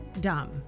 dumb